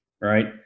right